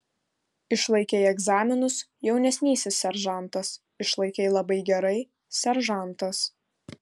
išlaikei egzaminus jaunesnysis seržantas išlaikei labai gerai seržantas